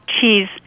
cheese